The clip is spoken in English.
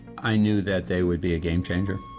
i knew that they would be a game changer,